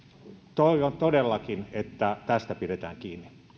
toivon todellakin että tästä pidetään kiinni